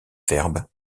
verbe